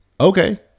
okay